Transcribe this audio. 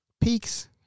Peaks